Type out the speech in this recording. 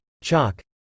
chalk